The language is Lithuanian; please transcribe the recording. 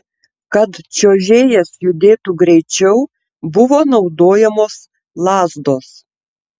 kad čiuožėjas judėtų greičiau buvo naudojamos lazdos